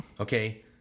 Okay